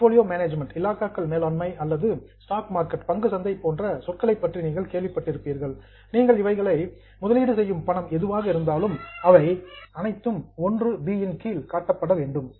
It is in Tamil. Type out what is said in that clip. போர்ட்ஃபோலியோ மேனேஜ்மென்ட் இலாகாக்கள் மேலாண்மை அல்லது ஸ்டாக் மார்க்கெட் பங்கு சந்தை போன்ற சொற்களைப் பற்றி நீங்கள் கேள்விப்பட்டிருப்பீர்கள் நீங்கள் இவைகளில் முதலீடு செய்யும் பணம் எதுவாக இருந்தாலும் அவை அனைத்தும் 1 இன் கீழ் காட்டப்பட வேண்டும்